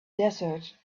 desert